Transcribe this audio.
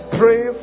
pray